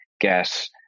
get